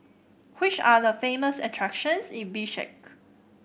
which are the famous attractions in Bishkek